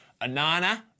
Anana